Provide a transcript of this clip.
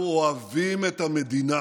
אנחנו אוהבים את המדינה,